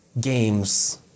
games